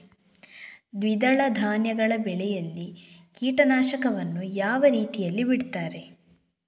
ದ್ವಿದಳ ಧಾನ್ಯಗಳ ಬೆಳೆಯಲ್ಲಿ ಕೀಟನಾಶಕವನ್ನು ಯಾವ ರೀತಿಯಲ್ಲಿ ಬಿಡ್ತಾರೆ?